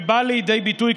ובא לידי ביטוי,